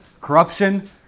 Corruption